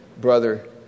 brother